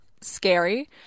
scary